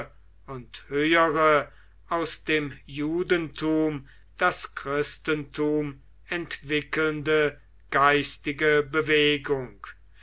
und höhere aus dem judentum das christentum entwickelnde geistige bewegung